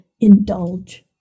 indulge